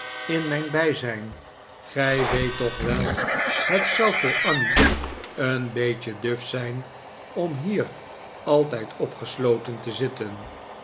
in mijn bijzijn gij weet toch wel het zou voor annie een beetje duf zijn om hier altijd opgesloten te zitten